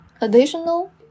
additional